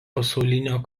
pasaulinio